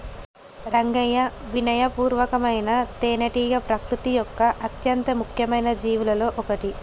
రంగయ్యా వినయ పూర్వకమైన తేనెటీగ ప్రకృతి యొక్క అత్యంత ముఖ్యమైన జీవులలో ఒకటి